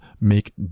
make